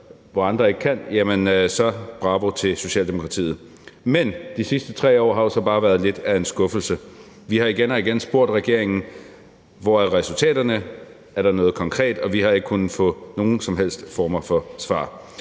hvor andre ikke kan, så er det bare bravo til Socialdemokratiet. Men de sidste 3 år har så bare været lidt af en skuffelse. Vi har igen og igen spurgt regeringen: Hvor er resultaterne, er der noget konkret? Og vi har ikke kunnet få nogen som helst form for svar.